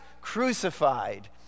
crucified